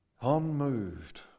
Unmoved